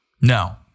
No